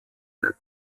der